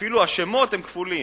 אפילו השמות כפולים.